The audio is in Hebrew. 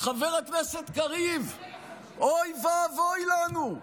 חבר הכנסת קריב, אוי ואבוי לנו.